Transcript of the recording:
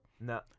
No